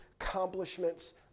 accomplishments